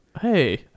Hey